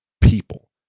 people